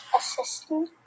assistant